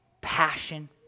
passion